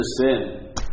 sin